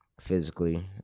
physically